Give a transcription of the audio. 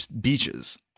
beaches